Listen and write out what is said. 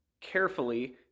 carefully